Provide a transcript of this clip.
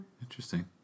Interesting